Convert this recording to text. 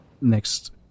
Next